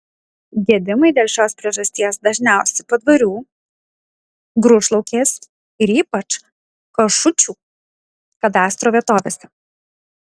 gedimai dėl šios priežasties dažniausi padvarių grūšlaukės ir ypač kašučių kadastro vietovėse